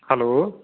hello